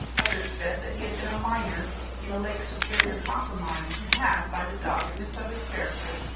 others said that he had been a miner in a lake superior copper mine who had, by the doggedness of his character,